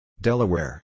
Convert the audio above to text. Delaware